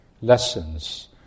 lessons